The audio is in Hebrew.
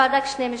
רק שני משפטים.